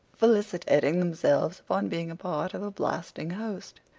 felicitating themselves upon being a part of a blasting host.